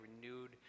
renewed